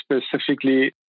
specifically